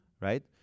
right